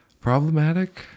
problematic